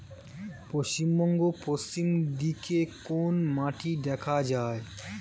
পশ্চিমবঙ্গ পশ্চিম দিকে কোন মাটি দেখা যায়?